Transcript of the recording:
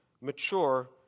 mature